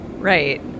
right